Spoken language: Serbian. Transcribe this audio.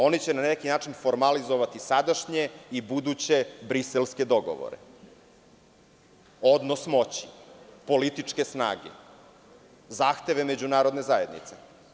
Oni će na neki način formalizovati sadašnje i buduće briselske dogovore, odnos moći, političke snage, zahteve međunarodne zajednice.